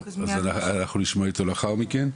טוב, אנחנו נשמע אותו לאחר מכן.